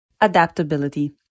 Adaptability